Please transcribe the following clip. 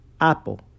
Apple